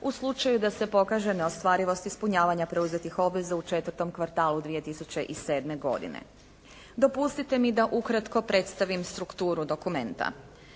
u slučaju da se pokaže neostvarivost ispunjavanja preuzetih obveza u 4. kvartalu 2007. godine. Dopustite mi da ukratko predstavim strukturu dokumenta.